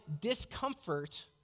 discomfort